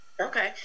Okay